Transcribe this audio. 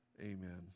Amen